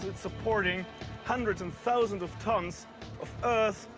supporting hundreds and thousands of tons of earth,